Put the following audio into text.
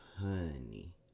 honey